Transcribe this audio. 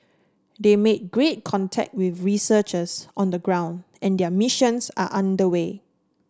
they made great contact with researchers on the ground and their missions are under way